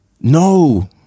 No